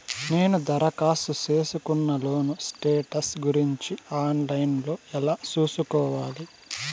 నేను దరఖాస్తు సేసుకున్న లోను స్టేటస్ గురించి ఆన్ లైను లో ఎలా సూసుకోవాలి?